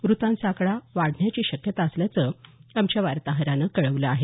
मृत्यूंचा आकडा आणखी वाढण्याची शक्यता असल्याचं आमच्या वार्ताहरानं कळवलं आहे